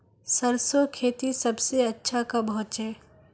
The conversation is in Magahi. सरसों खेती सबसे अच्छा कब होचे?